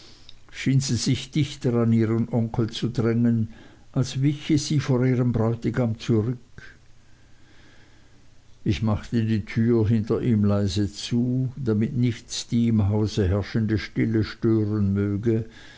schien sie sich dichter an ihren onkel zu drängen als wiche sie vor ihrem bräutigam zurück ich machte die tür hinter ihm leise zu damit nichts die im hause herrschende stille stören möge